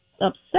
upset